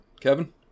Kevin